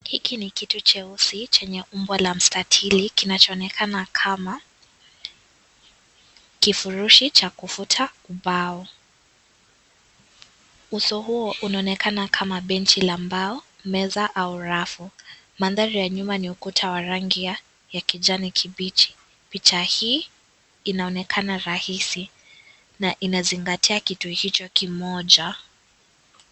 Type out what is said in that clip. Hiki ni kitu cheusi chenye umbo la mstatili kinachoonekana kama kivurishi cha kuvuta ubao. Uso huo unaonekana kama benchi la mbao, meza au rafu. Maandhari ya nyuma ni ukuta wa rangi ya kijani kibichi. Picha hii inaonekana rahisi na inazingatia kitu hicho kimoja.